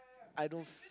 I don't